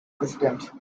president